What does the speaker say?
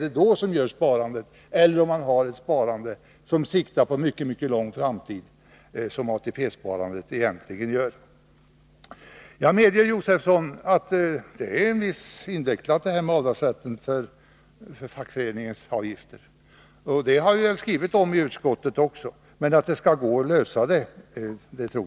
Vad är det som kan göra att människor vill spara på kort sikt? Vi bör tänka på att ATP-sparandet siktar mycket långt in i framtiden. Jag medger, herr Josefson, att frågan om avdragsrätt för fackföreningsavgifter är invecklad. Det har vi också skrivit om i utskottsbetänkandet, men jag tror att det skall gå att lösa problemen.